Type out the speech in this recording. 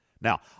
Now